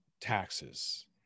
taxes